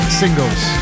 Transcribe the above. singles